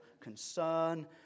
concern